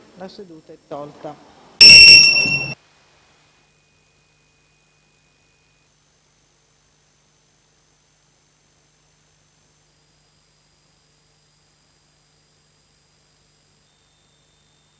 La seduta è tolta